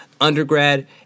undergrad